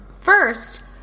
first